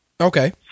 Okay